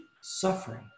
suffering